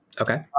Okay